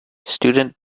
student